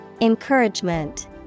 Encouragement